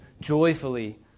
joyfully